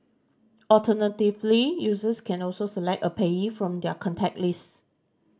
alternatively users can also select a payee from their contact list